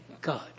God